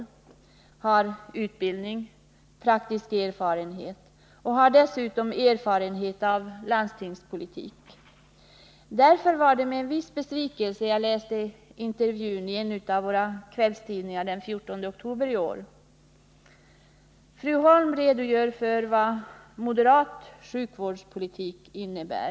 Hon har utbildning, praktisk erfarenhet och dessutom erfarenhet av landstingspolitik. Därför var det med en viss besvikelse som jag läste en intervju i en av våra kvällstidningar den 14 oktober i år. Fru Holm redogjorde för vad moderat sjukvårdspolitik innebär.